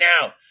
now